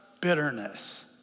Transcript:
Bitterness